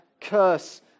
curse